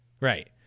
Right